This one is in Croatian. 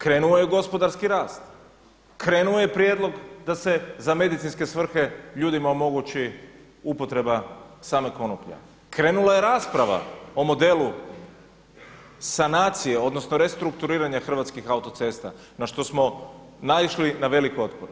Krenuo je gospodarski rast, krenuo je prijedlog da se za medicinske svrhe ljudima omogući upotreba same konoplje, krenula je rasprava o modelu sanacije, odnosno restrukturiranja Hrvatskih autocesta na što smo naišli na velik otpor.